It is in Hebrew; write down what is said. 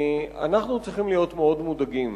אנחנו צריכים להיות מאוד מודאגים